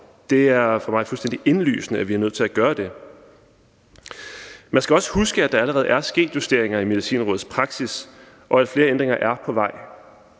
Det er for mig fuldstændig indlysende, at vi er nødt til at gøre det. Man skal også huske, at der allerede er sket justeringer i Medicinrådets praksis, og at flere ændringer er på vej.